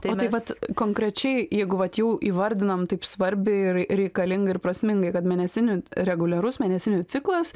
o taip vat konkrečiai jeigu vat jau įvardinam taip svarbiai ir reikalingai ir prasmingai kad mėnesinių reguliarus mėnesinių ciklas